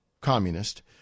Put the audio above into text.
communist